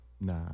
Nah